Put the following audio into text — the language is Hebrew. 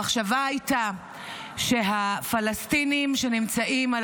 המחשבה הייתה שהפלסטינים שנמצאים על